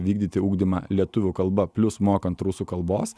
vykdyti ugdymą lietuvių kalba plius mokant rusų kalbos